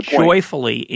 joyfully